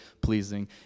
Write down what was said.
pleasing